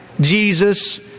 Jesus